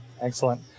Excellent